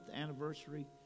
anniversary